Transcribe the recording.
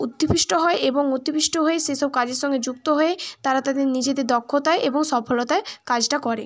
উদ্দীপিত হয় এবং উদ্দীপিত হয়ে সেসব কাজে সংযুক্ত হয়ে তারা তাদের নিজেদের দক্ষতায় এবং সফলতায় কাজটা করে